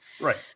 Right